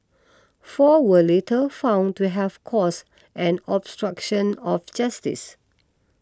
four were later found to have caused an obstruction of justice